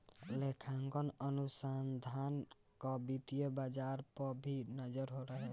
लेखांकन अनुसंधान कअ वित्तीय बाजार पअ भी नजर रहेला